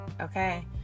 Okay